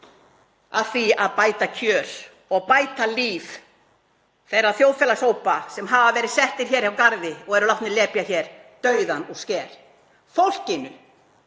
að því að bæta kjör og bæta líf þeirra þjóðfélagshópa sem hafa verið settir hjá garði og eru látnir lepja dauðann úr skel, fólksins